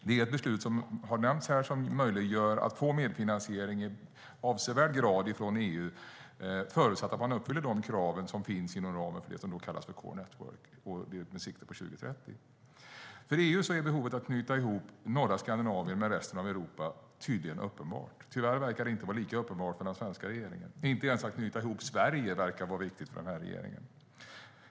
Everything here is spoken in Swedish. Det är ett beslut som möjliggör, som har nämnts här, en medfinansiering i avsevärd grad från EU, förutsatt att man uppfyller kraven inom ramen för det som kallas för Core Network med sikte på 2030. För EU är behovet av att knyta ihop norra Skandinavien med resten av Europa tydligen uppenbart. Tyvärr verkar det inte vara lika uppenbart för den svenska regeringen. Inte ens att knyta ihop Sverige verkar vara viktigt för den här regeringen.